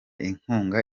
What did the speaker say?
inkunga